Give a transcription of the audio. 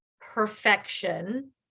perfection